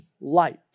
light